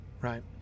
right